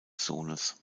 sohns